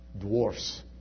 dwarfs